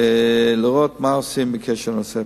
לראות מה עושים בנושא הפיתוח.